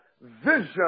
Vision